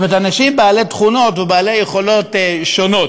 זאת אומרת אנשים עם תכונות או יכולות שונות.